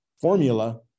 formula